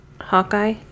Hawkeye